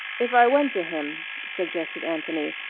if i went to him, suggested anthony,